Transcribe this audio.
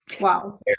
Wow